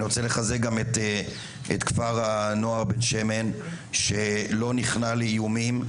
אני רוצה לחזק גם את כפר הנוער בן שמן שלא נכנע לאיומים,